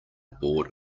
board